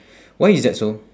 why is that so